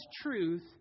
truth